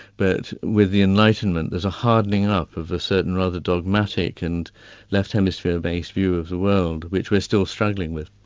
but with the enlightenment there is a hardening up of the certain rather dogmatic and left-hemisphere-based view of the world, which we are still struggling with.